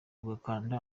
ugakanda